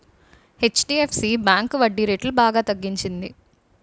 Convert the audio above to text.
HDFC bank వడ్డీరేట్లు బాగా తగ్గించింది